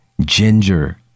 ginger